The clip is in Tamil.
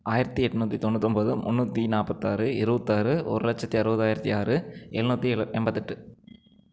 ஆயிரத்து எட்நுற்றி தொண்ணுத்தொம்பது முந்நுற்றி நாற்பத்தாறு இருபத்தாறு ஒரு லட்சத்து அறுபதாயிரத்தி ஆறு எழுநுற்றி எப எண்பத்தெட்டு